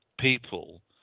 people